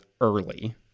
early